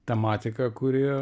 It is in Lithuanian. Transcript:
tematika kuri